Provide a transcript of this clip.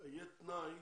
יהיה תנאי